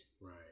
Right